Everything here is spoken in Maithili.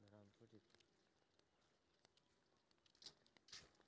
मुलधन राशि पर ही नै ब्याज दै लै परतें ने?